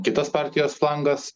kitas partijos flangas